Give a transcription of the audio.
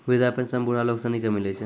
वृद्धा पेंशन बुढ़ा लोग सनी के मिलै छै